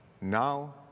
Now